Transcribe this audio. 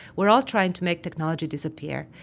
we're all trying to make technology disappear.